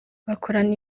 bakorana